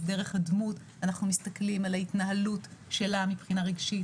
אז דרך הדמות אנחנו מסתכלים על ההתנהלות שלה מבחינה רגשית,